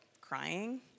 crying